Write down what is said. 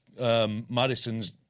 Madison's